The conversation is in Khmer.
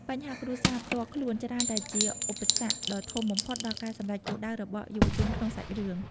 បញ្ហាគ្រួសារ ផ្ទាល់ខ្លួនច្រើនតែជាឧបសគ្គដ៏ធំបំផុតដល់ការសម្រេចគោលដៅរបស់យុវជនក្នុងសាច់រឿង។